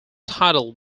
title